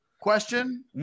question